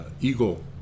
eagle